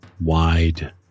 wide